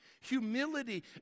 Humility